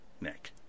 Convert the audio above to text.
Nick